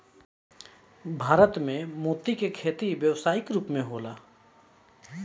भारत में मोती के खेती व्यावसायिक रूप होला